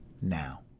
now